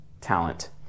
talent